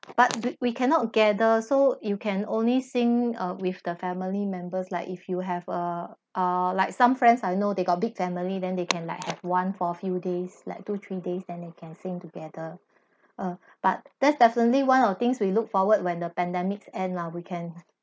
but we we cannot gather so you can only sing uh with the family members like if you have err uh like some friends I know they got big family then they can like have one for a few days like two three days then they can sing together um but that's definitely one of things we ook forward once pandamic ends we can